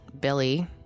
Billy